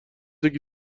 یکی